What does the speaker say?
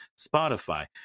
Spotify